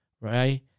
right